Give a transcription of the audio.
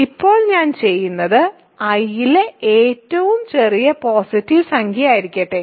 ഇപ്പോൾ ഞാൻ ചെയ്യുന്നത് I ലെ ഏറ്റവും ചെറിയ പോസിറ്റീവ് സംഖ്യയായിരിക്കട്ടെ